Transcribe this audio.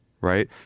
right